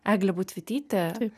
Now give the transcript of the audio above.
eglė budvytytė